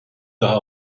daha